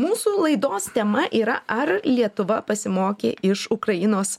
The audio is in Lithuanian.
mūsų laidos tema yra ar lietuva pasimokė iš ukrainos